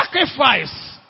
sacrifice